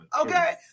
okay